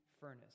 furnace